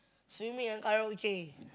swimming and karaoke